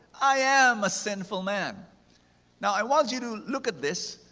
i am a sinful man now, i want you to look at this,